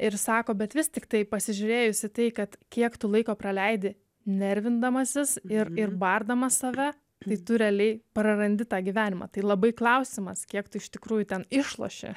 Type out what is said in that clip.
ir sako bet vis tiktai pasižiūrėjus į tai kad kiek laiko praleidi nervindamasis ir ir bardamas save tai tu realiai prarandi tą gyvenimą tai labai klausimas kiek tu iš tikrųjų ten išloši